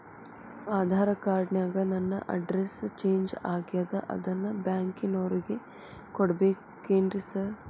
Aadhaar card ನ್ಯಾಗ ನನ್ address change ಆಗ್ಯಾದ ಅದನ್ನ ಬ್ಯಾಂಕಿನೊರಿಗೆ ಕೊಡ್ಬೇಕೇನ್ರಿ ಸಾರ್?